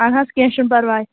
اَدٕ حظ کیٚنٛہہ چھُنہٕ پَرواے